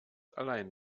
allein